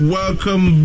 welcome